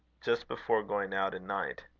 just before going out in night.